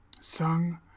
sung